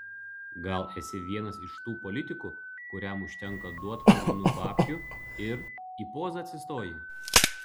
gal esi vienas iš tų politikų kuriam užtenka duot purvinų babkių ir į pozą atsistoji